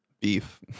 beef